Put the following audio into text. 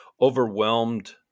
overwhelmed